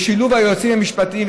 בשילוב היועצים המשפטיים.